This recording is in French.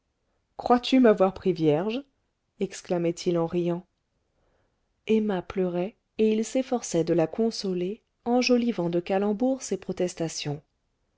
crois-tu m'avoir pris vierge exclamait il en riant emma pleurait et il s'efforçait de la consoler enjolivant de calembours ses protestations